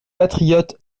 patriotes